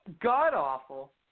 god-awful